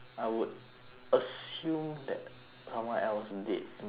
assume that someone else did in the past week